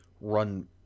run